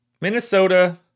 Minnesota